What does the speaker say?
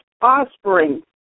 offspring